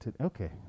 Okay